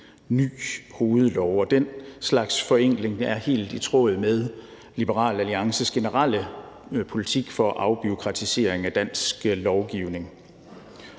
ny hovedlov, og den slags forenkling er helt i tråd med Liberal Alliances generelle politik for afbureaukratisering af dansk lovgivning.